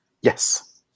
yes